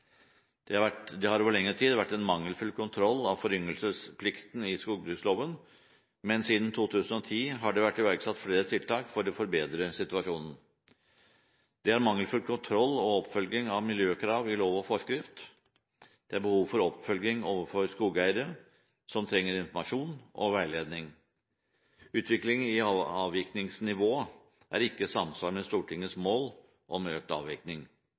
Det har over lengre tid vært en mangelfull kontroll av foryngelsesplikten i skogbruksloven, men siden 2010 har det vært iverksatt flere tiltak for å forbedre situasjonen. Det er mangelfull kontroll og oppfølging av miljøkrav i lov og forskrift. Skogeier har behov for mer informasjon og veiledning. Utviklingen i avvirkningsnivå er ikke i samsvar med Stortingets mål om økt